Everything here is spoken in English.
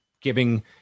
giving